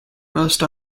most